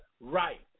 right